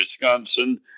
Wisconsin